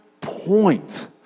point